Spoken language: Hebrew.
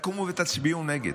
תקומו ותצביעו נגד.